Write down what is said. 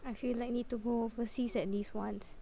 I feel like need to go overseas at least once